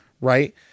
Right